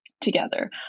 together